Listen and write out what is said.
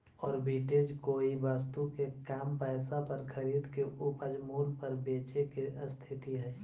arbitrage कोई वस्तु के कम पईसा पर खरीद के उच्च मूल्य पर बेचे के स्थिति हई